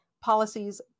policies